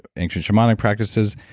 ancient um and practices,